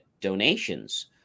donations